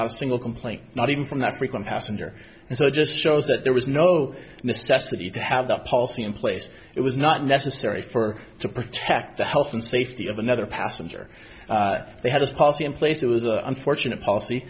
a single complaint not even from that frequent passenger and so it just shows that there was no necessity to have that policy in place it was not necessary for to protect the health and safety of another passenger they had a policy in place it was unfortunate policy